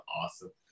awesome